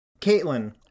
Caitlin